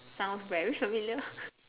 sounds very familiar